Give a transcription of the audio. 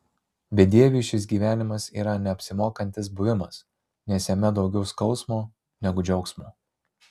bedieviui šis gyvenimas yra neapsimokantis buvimas nes jame daugiau skausmo negu džiaugsmo